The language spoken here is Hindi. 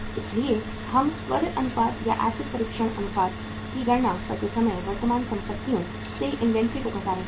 इसलिए हम त्वरित अनुपात या एसिड परीक्षण अनुपात की गणना करते समय वर्तमान परिसंपत्तियों से इन्वेंट्री को घटा रहे हैं